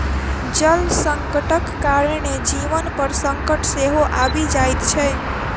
जल संकटक कारणेँ जीवन पर संकट सेहो आबि जाइत छै